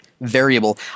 variable